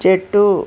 చెట్టు